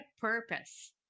purpose